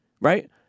right